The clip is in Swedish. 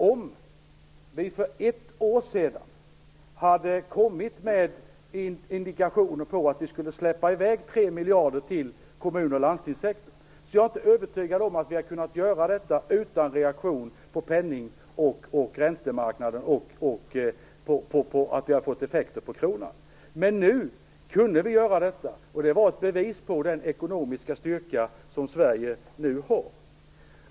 Om vi för ett år sedan hade kommit med indikationer på att vi skulle släppa i väg tre miljarder till kommun och landstingssektorn är jag inte övertygad om att vi hade kunnat göra det utan reaktion på penning och räntemarknaden och utan att det fått effekter på kronan. Men nu kunde vi göra detta, och det var ett bevis på den ekonomiska styrka som Sverige nu har.